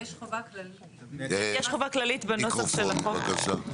כללית בנוסח של החוק.